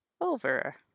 over